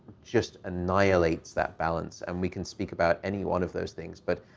just annihilates that balance. and we can speak about any one of those things. but,